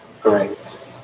great